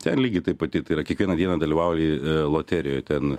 ten lygiai taip pati tai yra kiekvieną dieną dalyvauji loterijoj ten